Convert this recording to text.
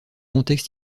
contexte